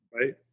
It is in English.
Right